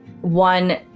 one